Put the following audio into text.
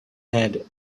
had